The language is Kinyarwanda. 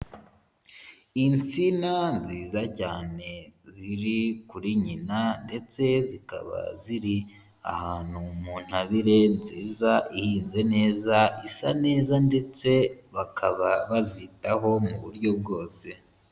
Insina nziza cyane ziri kuri nyina, ndetse zikaba ziri ahantu mu ntabire nziza ihinze neza isa neza ndetse bakaba bazitaho mu buryo bwose.